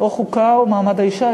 דיון בוועדה, או חוקה או מעמד האישה.